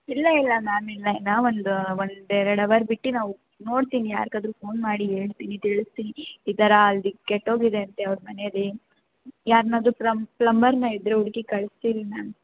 ಇಲ್ಲ ಇಲ್ಲ ಮ್ಯಾಮ್ ಇಲ್ಲ ನಾವೊಂದು ಒಂದು ಎರಡು ಅವರ್ ಬಿಟ್ಟು ನಾವು ನೋಡ್ತೀನಿ ಯಾರಿಗಾದ್ರು ಫೋನ್ ಮಾಡಿ ಹೇಳ್ತೀನಿ ತಿಳಿಸ್ತೀನಿ ಈ ಥರ ಅಲ್ಲಿ ಕೆಟ್ಟೋಗಿದೆ ಅಂತೇ ಅವ್ರ ಮನೇಲಿ ಯಾರನ್ನಾದ್ರು ಪ್ಲಂಬರನ್ನ ಇದ್ದರೆ ಹುಡ್ಕಿ ಕಳಿಸ್ತೀವಿ ಮ್ಯಾಮ್